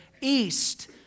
east